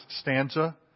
stanza